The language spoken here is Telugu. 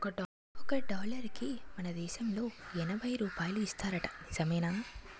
ఒక డాలరుకి మన దేశంలో ఎనబై రూపాయలు ఇస్తారట నిజమేనా